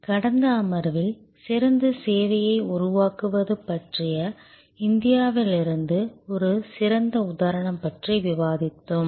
கடந்த அமர்வில் சிறந்த சேவையை உருவாக்குவது பற்றி இந்தியாவிலிருந்து ஒரு சிறந்த உதாரணம் பற்றி விவாதித்தோம்